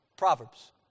Proverbs